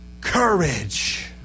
Courage